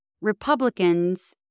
Republicans